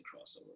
crossover